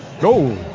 Go